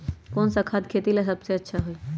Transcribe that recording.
कौन सा खाद खेती ला सबसे अच्छा होई?